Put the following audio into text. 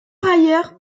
ailleurs